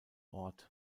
ort